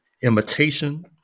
imitation